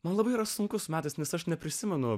man labai sunkus metas nes aš neprisimenu